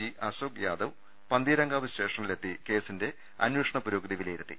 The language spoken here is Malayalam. ജി അശോക് യാദവ് പന്തീരങ്കാവ് സ്റ്റേഷനിലെത്തി കേസിന്റെ അനേഷണ പുരോഗതി വിലയിരുത്തി